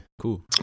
cool